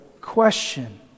question